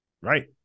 Right